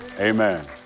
Amen